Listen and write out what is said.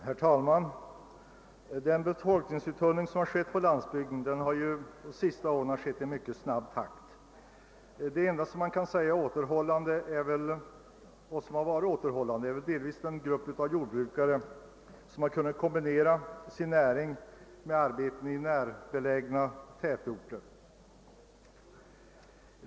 Herr talman! Den befolkningsuttunning som ägt rum på landsbygden har under de senaste åren skett i mycket snabb takt. Det enda som man kan säga har varit återhållande är väl den grupp av jordbrukare som har kunnat kombinera sin näring med arbeten i närbelägna orter.